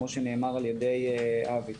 כמו שנאמר על ידי אבי.